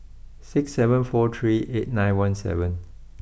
six seven four three eight nine one seven